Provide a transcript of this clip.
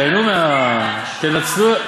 תיהנו, תנצלו.